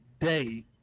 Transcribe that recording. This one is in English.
day